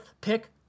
pick